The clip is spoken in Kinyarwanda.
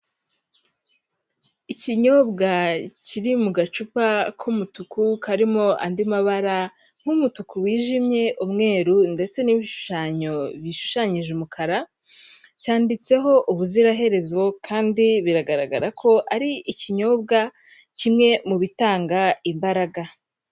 Ikinyobwa kiri mu gacupa k'umutuku karimo andi mabara nk'umutuku wijimye, umweru, ndetse n'ibishushanyo bishushanyije umukara, cyanditseho ubuziraherezo, kandi biragaragara ko ari ikinyobwa kimwe mu bitanga imbaraga.